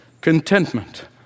contentment